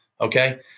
Okay